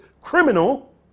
criminal